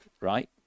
right